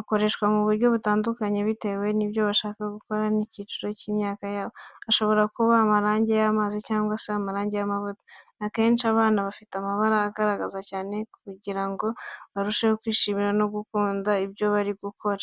akoreshwa mu buryo butandukanye bitewe n'ibyo bashaka gukora n'icyiciro cy'imyaka yabo. Ashobora kuba amarangi y'amazi cyangwa se amarangi y’amavuta. Akenshi aba afite amabara agaragara cyane kugira ngo barusheho kwishimira no gukunda ibyo bari gukora.